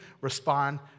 respond